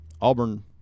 Auburn